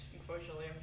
unfortunately